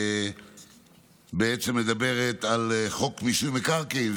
שבעצם מדברת על חוק מיסוי מקרקעין.